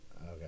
Okay